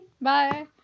Bye